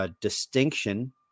distinction